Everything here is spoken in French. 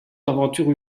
aventures